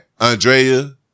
Andrea